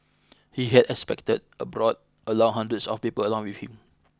he had expected a brought along hundreds of people along with him